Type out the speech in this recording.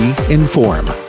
Inform